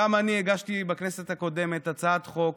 גם אני הגשתי בכנסת הקודמת הצעת חוק